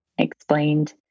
explained